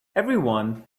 everyone